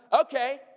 Okay